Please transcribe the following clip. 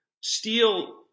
steel